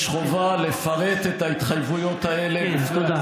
יש חובה לפרט את ההתחייבויות האלה, תודה.